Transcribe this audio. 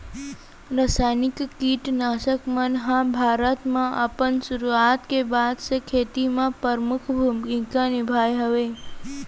रासायनिक किट नाशक मन हा भारत मा अपन सुरुवात के बाद से खेती मा परमुख भूमिका निभाए हवे